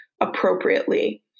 appropriately